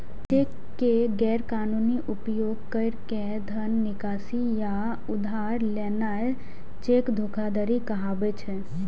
cheque के गैर कानूनी उपयोग कैर के धन निकासी या उधार लेना चेक धोखाधड़ी कहाबै छै